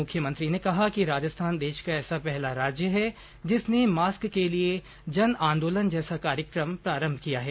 मुख्यमंत्री ने कहा कि राजस्थान देश का ऐसा पहला राज्य है जिसने मास्क के लिए जनआंदोलन जैसा कार्येक्रम प्रारंभ किया है